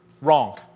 Wrong